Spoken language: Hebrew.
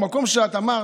במקום שאת אמרת,